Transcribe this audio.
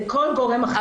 לכל גורם אחר.